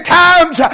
times